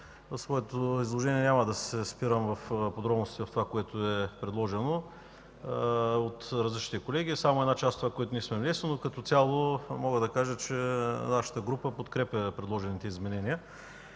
В своето изложение няма да се спирам в подробности върху това, което е предложено от различни колеги, а само на една част от това, което ние сме внесли. Като цяло мога да кажа, че нашата група подкрепя предложените изменения.